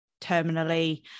terminally